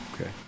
okay